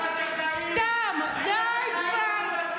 ומה עם הטכנאים?